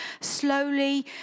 slowly